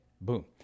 boom